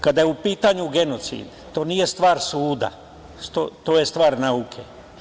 Kada je u pitanju genocid, to nije stvar suda, to je stvar nauke.